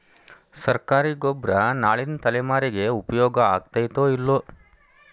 ಸರ್ಕಾರಿ ಗೊಬ್ಬರ ನಾಳಿನ ತಲೆಮಾರಿಗೆ ಉಪಯೋಗ ಆಗತೈತೋ, ಇಲ್ಲೋ?